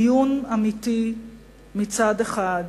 איום אמיתי מצד אחד,